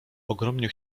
ogromnie